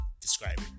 describe